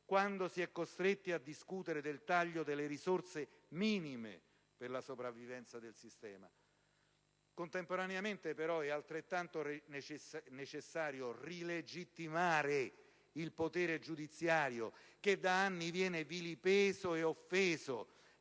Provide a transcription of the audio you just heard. quando si è costretti a discutere del taglio delle risorse minime per la sopravvivenza del sistema? Contemporaneamente, però, è altrettanto necessario rilegittimare il potere giudiziario che da anni viene vilipeso ed offeso,